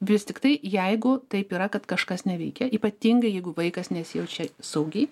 vis tiktai jeigu taip yra kad kažkas neveikia ypatingai jeigu vaikas nesijaučia saugiai